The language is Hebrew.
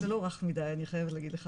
זה לא רך מדי, אני חייבת להגיד לך.